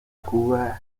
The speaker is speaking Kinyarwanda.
kuba